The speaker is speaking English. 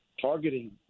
targeting